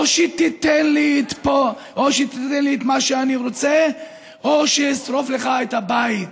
או שתיתן לי את מה שאני רוצה או שאשרוף לך את הבית.